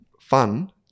fun